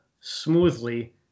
smoothly